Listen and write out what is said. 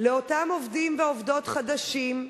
לאותם עובדים ועובדות חדשים.